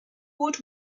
would